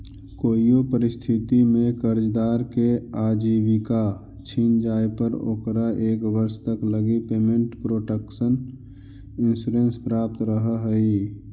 कोइयो परिस्थिति में कर्जदार के आजीविका छिन जाए पर ओकरा एक वर्ष तक लगी पेमेंट प्रोटक्शन इंश्योरेंस प्राप्त रहऽ हइ